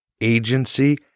agency